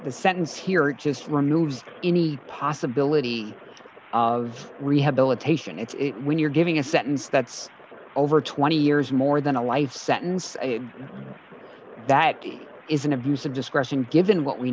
the sentence here just renewed any possibility of rehabilitation is when you're giving a sentence that's over twenty years more than a sentence a that is an abuse of discretion given what we